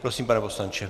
Prosím, pane poslanče.